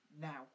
now